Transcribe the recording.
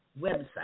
website